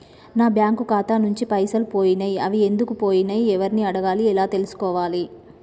నా బ్యాంకు ఖాతా నుంచి పైసలు పోయినయ్ అవి ఎందుకు పోయినయ్ ఎవరిని అడగాలి ఎలా తెలుసుకోవాలి?